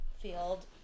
field